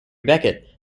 beckett